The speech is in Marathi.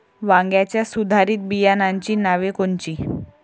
वांग्याच्या सुधारित बियाणांची नावे कोनची?